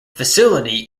facility